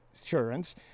insurance